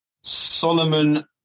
Solomon